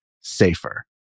safer